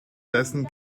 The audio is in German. dessen